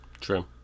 True